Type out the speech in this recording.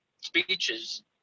speeches